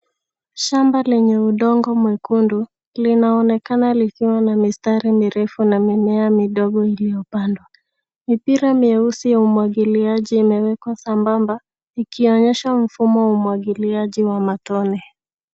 Shamba lenye udongo mwekundu, linaonekana likiwa na mistari mirefu na mimea midogo iliyopandwa. Mipira mieusi ya umwagiliaji imewekwa sambamba ikionyesha mfumo wa umwagiliaji wa matone.